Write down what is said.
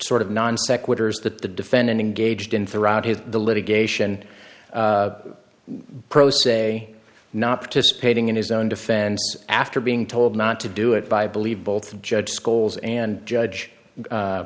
sort of non sequiturs that the defendant engaged in throughout his the litigation pro se not participating in his own defense after being told not to do it by i believe both judge scholes and judge